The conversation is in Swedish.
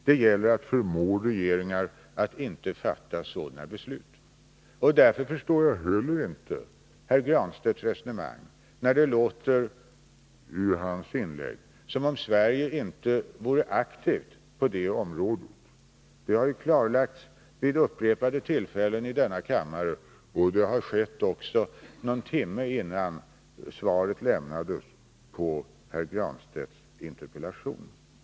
Det gäller att förmå regeringar att inte fatta sådana beslut. Därför förstår jag inte heller herr Granstedts resonemang. Av hans inlägg att döma verkar det som om Sverige inte vore aktivt på det området. Men det har ju klarlagts vid upprepade tillfällen i denna kammare, och det har också redovisats någon timme innan svaret på herr Granstedts interpellation lämnades.